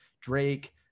Drake